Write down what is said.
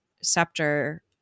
scepter